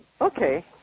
okay